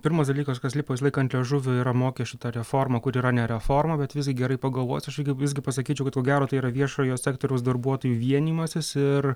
pirmas dalykas kas lipa visą laiką ant liežuvio yra mokesčių ta reforma kuri yra ne reforma bet visgi gerai pagalvojus aš irgi visgi pasakyčiau kad ko gero tai yra viešojo sektoriaus darbuotojų vienijimasis ir